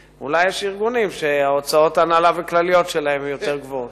תשיב, בתיאום, תמיד אנחנו מנסים לעשות בתיאום.